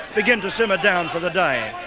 begin to summer down for the day.